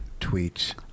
tweets